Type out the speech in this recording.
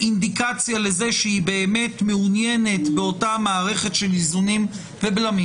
כאינדיקציה לזה שהיא באמת מעוניינת באותה מערכת של איזונים ובלמים,